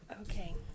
Okay